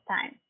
time